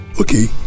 Okay